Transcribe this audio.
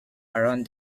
around